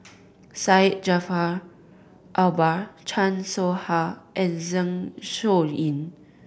Syed Jaafar Albar Chan Soh Ha and Zeng Shouyin